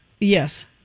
Yes